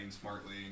smartly